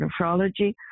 Nephrology